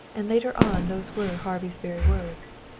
and later on those were harvey's very words.